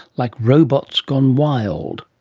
like robots gone wild.